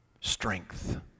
Strength